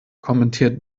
kommentiert